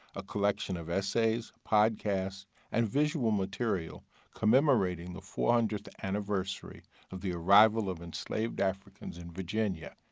a collection of essays, podcasts, and visual material commemorating the four hundredth anniversary of the arrival of enslaved africans in virginia.